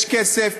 יש כסף,